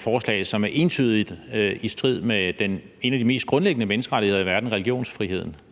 forslag, som entydigt er i strid med en af de mest grundlæggende menneskerettigheder i verden, religionsfriheden,